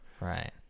Right